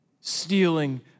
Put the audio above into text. stealing